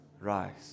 rise